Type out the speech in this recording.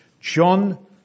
John